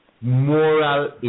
moral